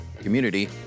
community